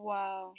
Wow